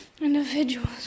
individuals